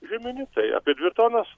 žieminių tai apie dvi tonas